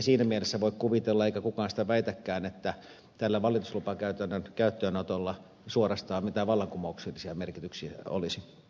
siinä mielessä ei voi kuvitella eikä kukaan sitä väitäkään että tällä valituslupakäytännön käyttöönotolla suorastaan mitään vallankumouksellisia merkityksiä olisi